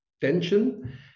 tension